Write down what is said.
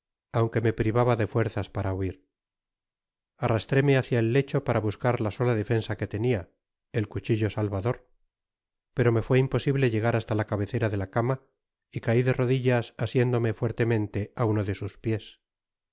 aunque me privaba de fuerzas para huir arrastróme hácia el lecho para buscar la sola defensa que tenia el cuchillo salvador pero me fué imposible llegar hasta la cabecera de la cama y cai de rodillas asiéndome fuertemente á uno de sus piés